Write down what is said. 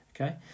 okay